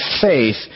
faith